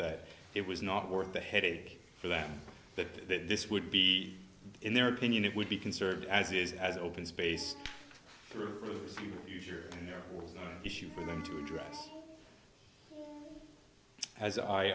that it was not worth the headache for them that this would be in their opinion it would be conserved as is as open space for the future and there was an issue for them to address as i